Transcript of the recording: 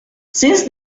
since